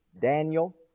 Daniel